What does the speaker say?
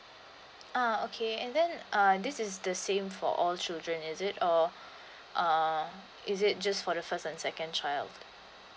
ah okay and then uh this is the same for all children is it or uh is it just for the first and second child